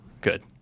Good